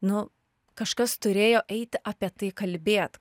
nu kažkas turėjo eiti apie tai kalbėt